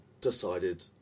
decided